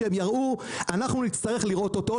אנחנו נצטרך לראות אותו,